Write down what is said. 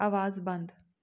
ਆਵਾਜ਼ ਬੰਦ